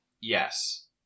Yes